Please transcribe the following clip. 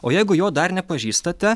o jeigu jo dar nepažįstate